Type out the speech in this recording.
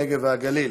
הנגב והגליל,